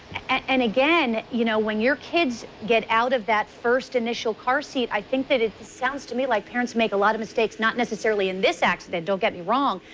and again, you know, when your kids get out of that first initial car seat, i think it sounds to me like parents make a lot of mistakes not necessarily in this accident, don't get me wrong,